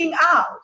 out